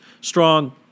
strong